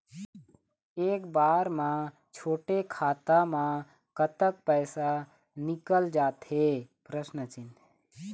एक बार म छोटे खाता म कतक पैसा निकल जाथे?